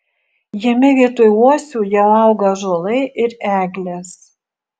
jame vietoj uosių jau auga ąžuolai ir eglės